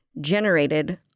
generated